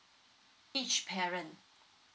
each parent